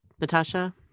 Natasha